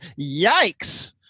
Yikes